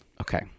Okay